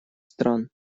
стран